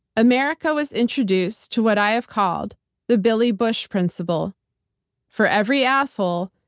america was introduced to what i have called the billy bush principle for every asshole,